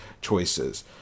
choices